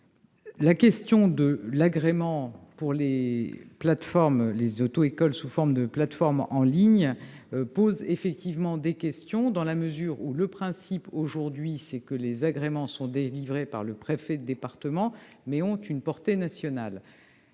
loyales. L'agrément pour les auto-écoles sous forme de plateformes en ligne pose effectivement des questions, dans la mesure où le principe, aujourd'hui, est que les agréments sont délivrés par le préfet du département, mais ont une portée nationale.